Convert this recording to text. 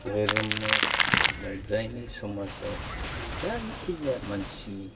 धोरोमाव बा जायनि समाजाव जायखिजाया मानसिनि